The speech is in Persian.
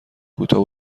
کوتاه